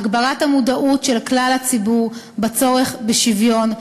הגברת המודעות של כלל הציבור לצורך בשוויון,